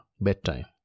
bedtime